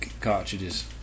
cartridges